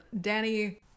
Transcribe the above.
Danny